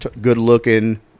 good-looking